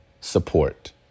support